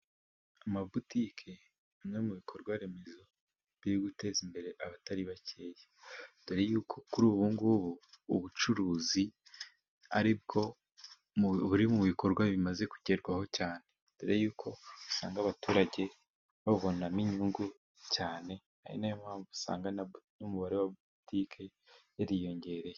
Amabotike ni bimwe mu bikorwa remezo biri guteza imbere abatari bakeya, dore y'uko kuri ubu ngubu ubucuruzi ari bwo buri mu bikorwa bimaze kugerwaho cyane, dore y'uko usanga abaturage babubonamo inyungu cyane, ari nayo mpamvu usanga n'umubare wa mabotike wariyongereye.